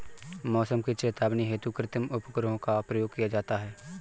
मौसम की चेतावनी हेतु कृत्रिम उपग्रहों का प्रयोग किया जाता है